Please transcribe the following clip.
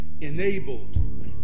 enabled